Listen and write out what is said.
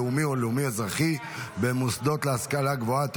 לאומי או לאומי-אזרחי במוסדות להשכלה גבוהה,